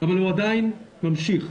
אבל הוא עדיין ממשיך.